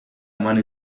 eman